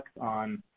on